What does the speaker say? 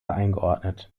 eingeordnet